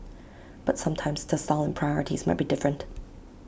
but sometimes the style and priorities might be different